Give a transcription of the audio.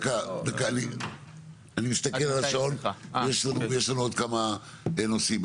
אני מסתכל על השעון, יש לנו עוד כמה נושאים.